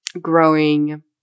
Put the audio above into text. growing